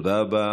תודה רבה.